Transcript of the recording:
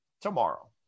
tomorrow